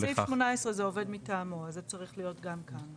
בסעיף 18 זה עובד מטעמו; זה צריך להיות גם כאן.